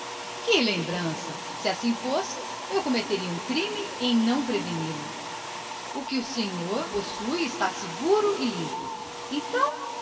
que lembrança se assim fosse eu seria um criminoso em não o ter nunca prevenido o que o senhor possui está limpo e